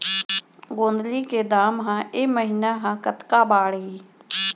गोंदली के दाम ह ऐ महीना ह कतका बढ़ही?